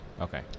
Okay